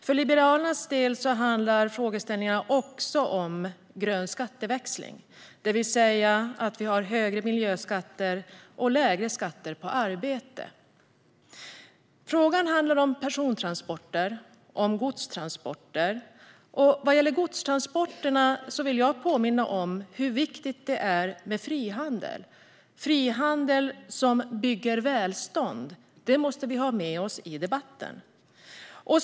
För Liberalerna handlar frågeställningarna också om grön skatteväxling, det vill säga att vi har högre miljöskatter och lägre skatter på arbete. Frågan handlar om persontransporter och godstransporter. Vad gäller godstransporterna vill jag påminna om hur viktigt det är med frihandel. Frihandel bygger välstånd, och det måste vi ha med oss i debatten.